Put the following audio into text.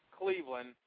Cleveland